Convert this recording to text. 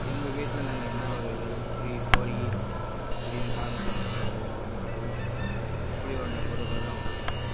எங்கள் வீட்டில நாங்கள் என்ன வளர்க்கறோம் இதை இதை குருவி கோழி இப்படின்னு கால்நடை மாடு இப்படி ஒன்றை வளர்க்குறோம்